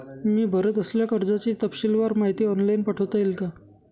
मी भरत असलेल्या कर्जाची तपशीलवार माहिती ऑनलाइन पाठवता येईल का?